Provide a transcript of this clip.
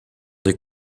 des